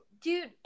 Dude